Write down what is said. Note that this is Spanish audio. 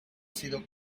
sido